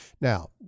Now